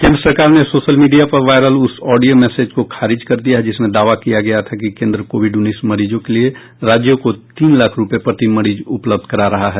केंद्र सरकार ने सोशल मीडिया पर वायरल उस ऑडियो मैसेज को खारिज कर दिया है जिसमें दावा किया गया था कि केंद्र कोविड उन्नीस मरीजों के लिए राज्यों को तीन लाख रूपये प्रति मरीज उपलब्ध करा रहा है